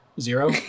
Zero